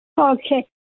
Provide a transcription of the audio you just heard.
Okay